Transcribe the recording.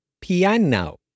piano